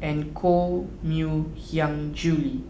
and Koh Mui Hiang Julie